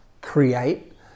create